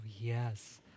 yes